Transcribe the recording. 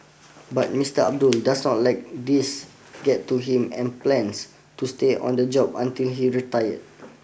but Mister Abdul does not let these get to him and plans to stay on the job until he retired